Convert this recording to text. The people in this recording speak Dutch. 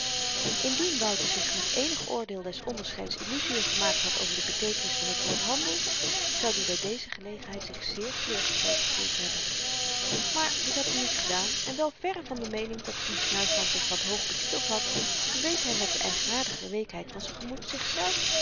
indien wouter zich met eenig oordeel des onderscheids illuzien gemaakt had over de beteekenis van t woord handel zoud i by deze gelegenheid zich zeer teleurgesteld gevoeld hebben maar dit had i niet gedaan en wel verre van de meening dat die snuifman zich wat hoog betiteld had verweet hy met de eigenaardige weekheid van z'n gemoed zichzelf